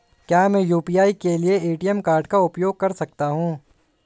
क्या मैं यू.पी.आई के लिए ए.टी.एम कार्ड का उपयोग कर सकता हूँ?